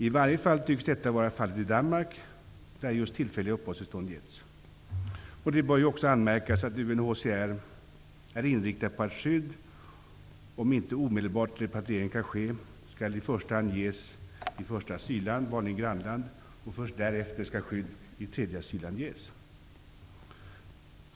I varje fall tycks detta vara fallet i Danmark där just tillfälliga uppehållstillstånd getts. Det bör också anmärkas att UNHCR är inriktat på att skydd, om inte omedelbar repatriering kan ske, skall ges i första asylland, vanligen grannland och först därefter skall skydd i tredje asylland ges.